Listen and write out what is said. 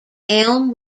elm